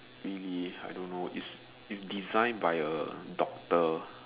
really I don't know it's it's designed by a doctor